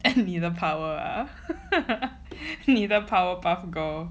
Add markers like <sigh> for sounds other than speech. <laughs> 你的 power 啊你的 power puff girl